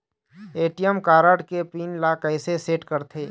ATM card के PIN ला कैसे सेट करथे?